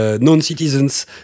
non-citizens